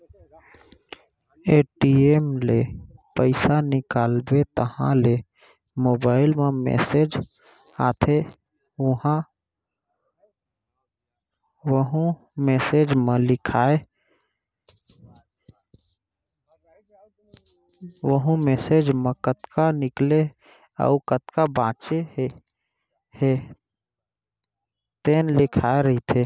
ATM ले पइसा निकालबे तहाँ ले मोबाईल म मेसेज आथे वहूँ मेसेज म कतना निकाले अउ कतना बाचे हे तेन लिखाए रहिथे